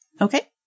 Okay